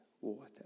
water